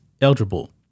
eligible